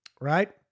right